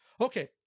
Okay